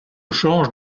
change